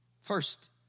first